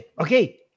okay